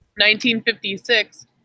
1956